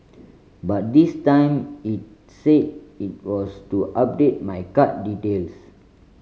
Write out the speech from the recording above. but this time it said it was to update my card details